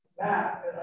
map